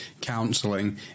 counselling